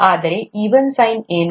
ಆದರೆ even sign ಏನು